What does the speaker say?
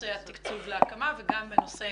בנושא התקצוב להקמה וגם בנושא